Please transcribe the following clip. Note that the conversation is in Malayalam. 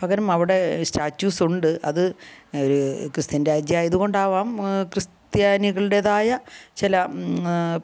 പകരം അവിടെ സ്റ്റാച്ചൂസ് ഉണ്ട് അത് ഒരു ക്രിസ്ത്യൻ രാജ്യമായത് കൊണ്ടാവാം ക്രിസ്ത്യാനികളുടേതായ ചില